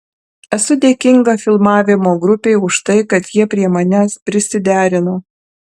esu dėkinga filmavimo grupei už tai kad jie prie manęs prisiderino